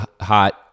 hot